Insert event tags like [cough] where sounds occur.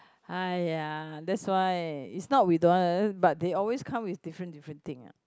!aiya! that's why is not we don't want [noise] but they always come with different different thing ah